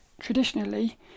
traditionally